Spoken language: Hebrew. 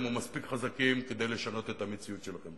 ומספיק חזקים כדי לשנות את המציאות שלכם.